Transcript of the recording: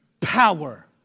power